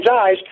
eyes